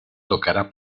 tocará